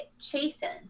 chasen